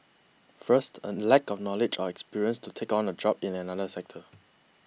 first a lack of knowledge or experience to take on a job in another sector